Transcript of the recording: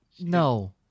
no